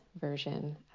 version